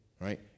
right